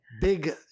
Big